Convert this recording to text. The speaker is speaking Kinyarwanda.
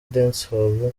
dancehall